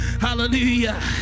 hallelujah